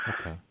Okay